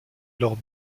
alors